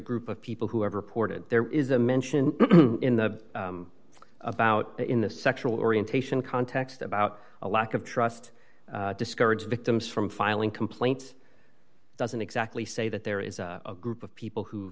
group of people who have reported there is a mention in the about in a sexual orientation context about a lack of trust discourage victims from filing complaint it doesn't exactly say that there is a group of